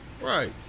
Right